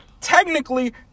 technically